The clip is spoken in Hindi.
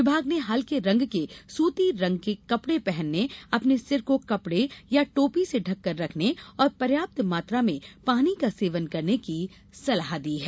विभाग ने हल्के रंग के सूती रंग के कपड़े पहनने अपने सिर को कपड़े या टोपी से ढककर रखने और पर्याप्त मात्रा में पानी का सेवन करने की सलाह दी है